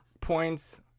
points